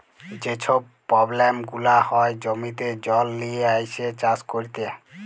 যে ছব পব্লেম গুলা হ্যয় জমিতে জল লিয়ে আইসে চাষ ক্যইরতে